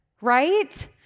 right